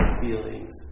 feelings